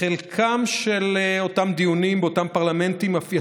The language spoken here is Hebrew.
בכמה מאותם דיונים באותם פרלמנטים אף